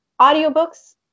audiobooks